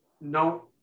No